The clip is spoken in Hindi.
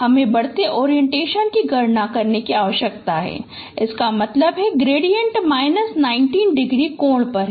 हमें बढ़ते ओरिएंटेशन की गणना करने की आवश्यकता है इसका मतलब है ग्रेडिएंट माइनस 90 डिग्री कोण पर है